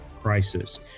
crisis